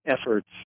Efforts